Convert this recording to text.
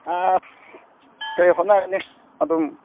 ꯑꯁ ꯀꯩ ꯍꯣꯠꯅꯒꯅꯤ ꯑꯗꯨꯝ